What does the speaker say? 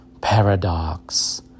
paradox